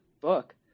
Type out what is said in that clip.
book